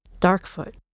Darkfoot